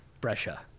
Brescia